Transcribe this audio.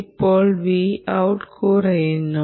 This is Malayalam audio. ഇപ്പോൾ Vout കുറയുന്നു